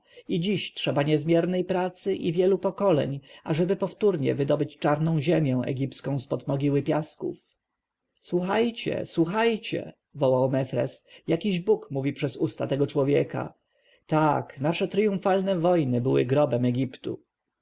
i dziś trzeba niezmiernej pracy i wielu pokoleń ażeby powtórnie wydobyć czarną ziemię egipską z pod mogiły piasków słuchajcie słuchajcie wołał mefres jakiś bóg mówi przez usta tego człowieka tak nasze triumfalne wojny były grobem egiptu